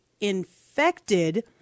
infected